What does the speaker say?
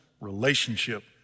relationship